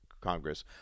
Congress